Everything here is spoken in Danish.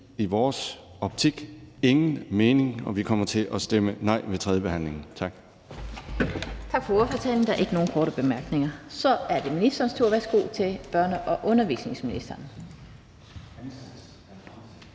i vores optik ingen mening, og vi kommer til at stemme nej ved tredjebehandlingen. Tak.